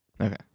Okay